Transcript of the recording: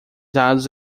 dados